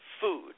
food